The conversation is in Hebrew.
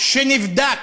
שנבדק,